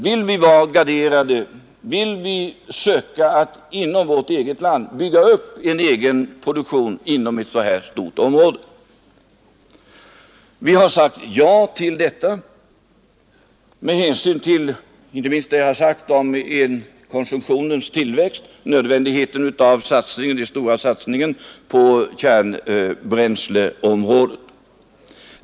Vill vi vara garderade, vill vi söka att inom vårt eget land bygga upp en egen produktion inom ett sådant här stort område? Vi har sagt ja till detta med hänsyn till inte mist vad jag har sagt om elkonsumtionens tillväxt, nödvändigheten av den stora satsningen på kärnbränsleområdet.